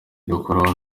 dukora